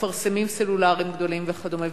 מפרסמים סלולריים גדולים וכדומה,